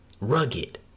Rugged